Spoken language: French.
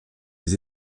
des